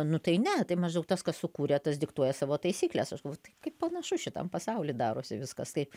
nu tai ne tai maždaug tas kas sukūrė tas diktuoja savo taisykles aš galvoju tai kaip panašu šitam pasauly darosi viskas taip